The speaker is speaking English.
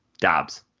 Dobbs